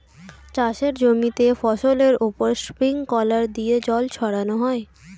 চাষের জমিতে ফসলের উপর স্প্রিংকলার দিয়ে জল ছড়ানো হয়